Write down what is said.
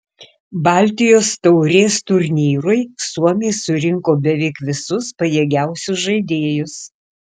baltijos taurės turnyrui suomiai surinko beveik visus pajėgiausius žaidėjus